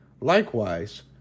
likewise